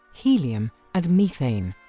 helium and methane.